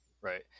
Right